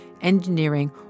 engineering